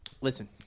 listen